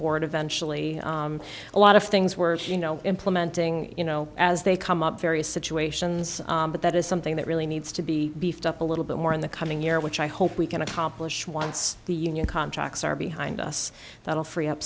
board eventually a lot of things were you know implementing you know as they come up various situations but that is something that really needs to be beefed up a little more in the coming year which i hope we can accomplish once the union contracts are behind us that will free up